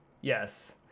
Yes